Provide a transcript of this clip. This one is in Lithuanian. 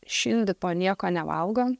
šildyto nieko nevalgo